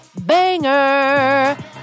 banger